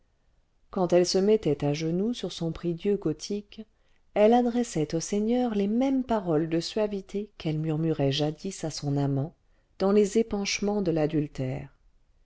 quand elle se mettait à genoux sur son prie-dieu gothique elle adressait au seigneur les mêmes paroles de suavité qu'elle murmurait jadis à son amant dans les épanchements de l'adultère